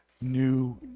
new